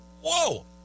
Whoa